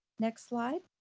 next slide.